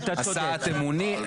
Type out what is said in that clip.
הסעת המונית,